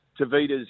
Tavita's